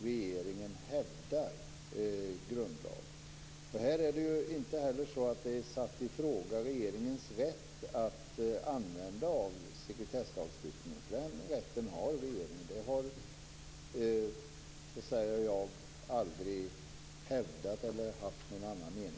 Regeringens rätt att använda sig av sekretesslagstiftningen är inte satt i fråga, för den rätten har regeringen. Jag har aldrig haft någon annan mening.